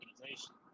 organization